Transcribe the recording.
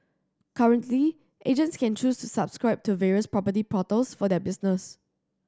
currently agents can choose to subscribe to various property portals for their business